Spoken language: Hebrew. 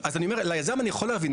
ליזם אני יכול להבין,